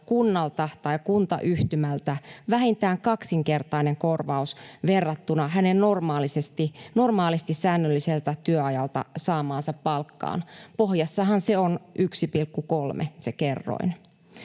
kunnalta tai kuntayhtymältä vähintään kaksinkertainen korvaus verrattuna hänen normaalisti säännölliseltä työajalta saamaansa palkkaan — pohjassahan se kerroin